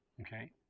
okay